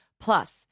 Plus